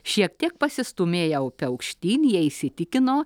šiek tiek pasistūmėję upe aukštyn jie įsitikino